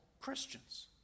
Christians